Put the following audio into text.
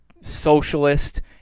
socialist